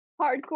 Hardcore